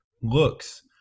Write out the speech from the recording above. looks –